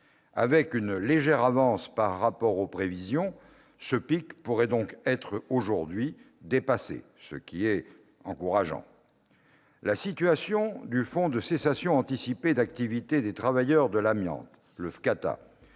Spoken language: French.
Avec une légère avance par rapport aux prévisions, ce pic pourrait donc être aujourd'hui dépassé, ce qui est encourageant. La situation du Fonds de cessation anticipée d'activité des travailleurs de l'amiante, le FCAATA,